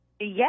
yes